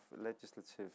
legislative